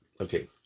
Okay